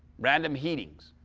random heatings.